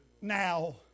Now